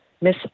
Miss